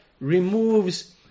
removes